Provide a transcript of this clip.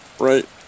Right